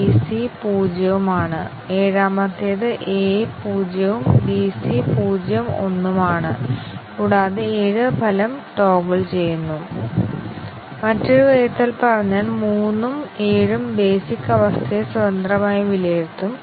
ഞങ്ങളുടെ ഊഹത്തെ സാമാന്യവൽക്കരിക്കാൻ ഞങ്ങൾക്ക് കഴിയില്ല കാരണം അവർ ഉപയോഗിക്കുന്ന നിർദ്ദിഷ്ട ഷോർട്ട് സർക്യൂട്ട് ടെക്നിക്കുകൾ കംപൈലറിൽ നിന്ന് കംപൈലറിൽ വ്യത്യാസപ്പെടുന്നു